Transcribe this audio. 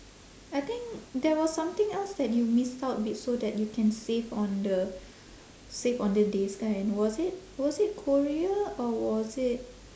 I think there was something else that you missed out b~ so that you can save on the save on the days kan was it was it korea or was it